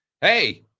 hey